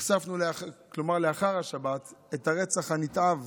כלומר לאחר השבת, נחשפנו לרצח הנתעב